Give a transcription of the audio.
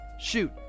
shoot